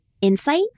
insight